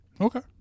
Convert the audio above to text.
Okay